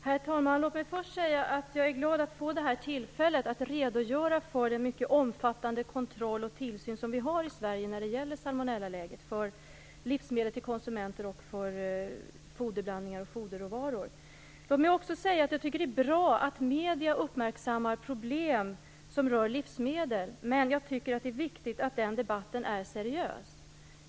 Herr talman! Låt mig först säga att jag är glad över detta tillfälle att redogöra för den mycket omfattande kontroll och tillsyn av salmonellaläget som vi har i Sverige. Den gäller livsmedel till konsumenter, foderblandningar och foderråvaror. Jag tycker också att det är bra att medierna uppmärksammar problem som rör livsmedel. Men jag tycker att det är viktigt att debatten är seriös.